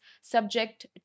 subject